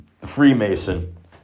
Freemason